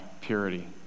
purity